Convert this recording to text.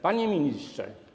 Panie Ministrze!